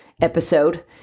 episode